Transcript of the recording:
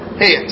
hey